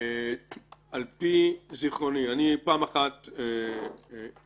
על פי זכרוני, אני פעם אחת ערערתי